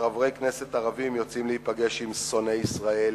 שחברי כנסת ערבים יוצאים להיפגש עם שונאי ישראל,